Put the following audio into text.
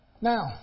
Now